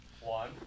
one